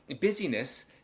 busyness